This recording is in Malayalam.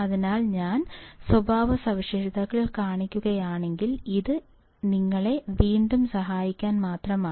അതിനാൽ ഞാൻ സ്വഭാവസവിശേഷതകൾ കാണിക്കുകയാണെങ്കിൽ അത് നിങ്ങളെ വീണ്ടും സഹായിക്കാൻ മാത്രമാണ്